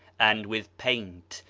and with paint,